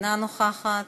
אינה נוכחת.